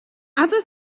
other